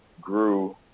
grew